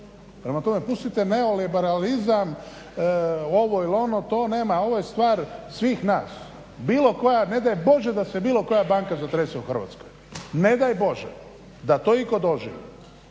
Prema tome pustite neoliberalizam ovo ili ono to nema, ovo je stvar svih nas. Bilo koja ne daj Bože da se bilo koja banka zatrese u Hrvatskoj, ne daj Bože da to itko doživi